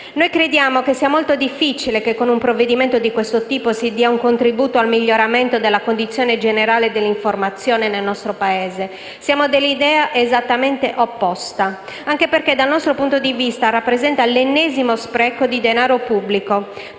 Noi crediamo che sia molto difficile che, con un provvedimento di questo tipo, si dia un contributo al miglioramento della condizione generale dell'informazione nel nostro Paese. Siamo dell'idea esattamente opposta, anche perché, dal nostro punto di vista, esso rappresenta l'ennesimo spreco di denaro pubblico.